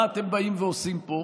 מה אתם באים ועושים פה?